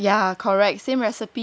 ya correct same recipe